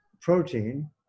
protein